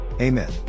Amen